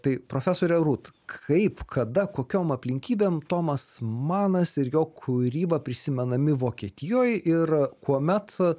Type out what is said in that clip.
tai profesorė rūt kaip kada kokiom aplinkybėm tomas manas ir jo kūryba prisimenami vokietijoj ir kuomet